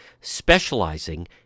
specializing